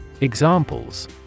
Examples